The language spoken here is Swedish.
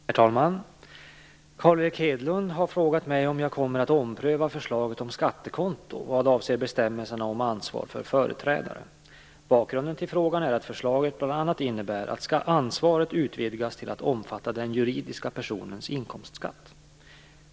Herr talman! Carl Erik Hedlund har frågat mig om jag kommer att ompröva förslaget om skattekonto vad avser bestämmelserna om ansvar för företrädare. Bakgrunden till frågan är att förslaget bl.a. innebär att ansvaret utvidgas till att omfatta den juridiska personens inkomstskatt.